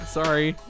sorry